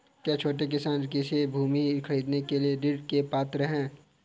क्या छोटे किसान कृषि भूमि खरीदने के लिए ऋण के पात्र हैं?